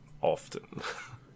often